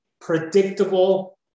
predictable